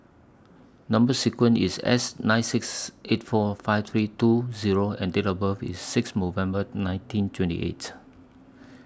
Number sequence IS S nine six eight four five three two Zero and Date of birth IS six November nineteen twenty eight